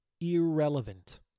irrelevant